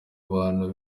abantu